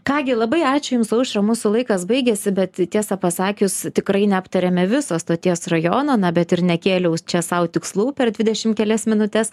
ką gi labai ačiū jums aušra mūsų laikas baigėsi bet tiesą pasakius tikrai neaptarėme viso stoties rajono na bet ir nekėliau čia sau tikslų per dvidešim kelias minutes